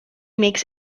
makes